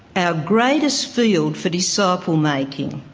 our greatest field for disciple making.